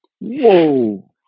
Whoa